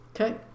Okay